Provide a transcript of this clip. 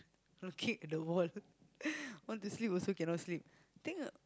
kick the wall want to sleep also cannot sleep think